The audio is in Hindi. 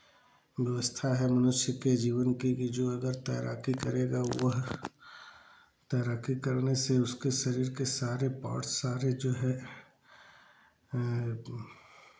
व्यवस्था है मनुष्य के जीवन की कि जो अगर तैराकी करेगा वह तैराकी करने से उसके शरीर के सारे पार्ट्स सारे जो हैं